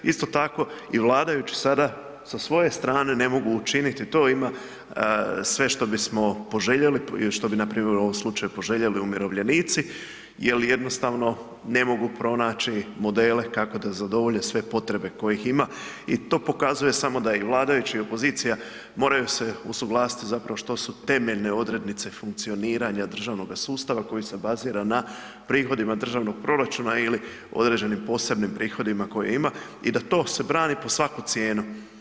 Isto tako i vladajući sada sa svoje strane ne mogu učiniti to, ima sve što bismo poželjeli i što bi npr. u ovom slučaju poželjeli umirovljenici jer jednostavno ne mogu pronaći modele kako da zadovolje sve potrebe kojih ima i to pokazuje samo da i vladajući i opozicija moraju se usuglasiti što su temeljne odrednice funkcioniranja državnoga sustava koji se bazira na prihodima državnog proračuna ili određenim posebnim prihodima koje ima i da to se brani pod svaku cijenu.